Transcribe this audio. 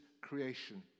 creation